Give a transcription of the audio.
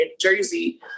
Jersey